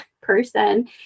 person